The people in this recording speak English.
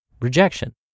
rejection